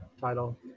title